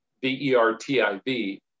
V-E-R-T-I-V